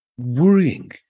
worrying